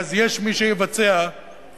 ואז יש מי שיבצע במקומם